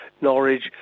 Norwich